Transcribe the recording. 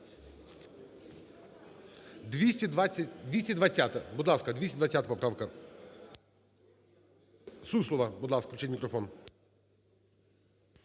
220-а поправка. Суслова. Будь ласка, включіть мікрофон.